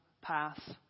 pass